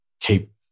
keep